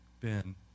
Ben